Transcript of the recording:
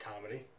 Comedy